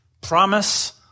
promise